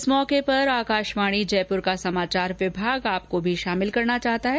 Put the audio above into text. इस मौके पर आकाशवाणी जयपुर का समाचार विभाग आप को भी शामिल करना चाहता है